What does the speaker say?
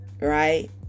right